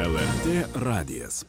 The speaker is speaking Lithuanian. lrt radijas